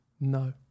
no